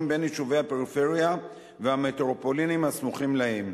בין יישובי הפריפריה והמטרופולינים הסמוכות להם.